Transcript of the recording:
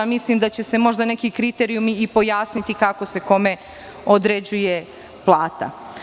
Mislim da će se možda nekim kriterijumima i pojasniti kako se kome određuje plata.